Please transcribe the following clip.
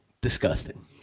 disgusting